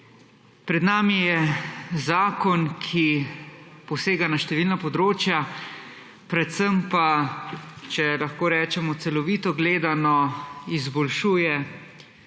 Pred nami je zakon, ki posega na številna področja, predvsem pa, če lahko rečemo, celovito gledano izboljšuje